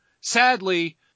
Sadly